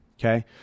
Okay